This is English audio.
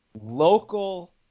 local